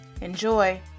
Enjoy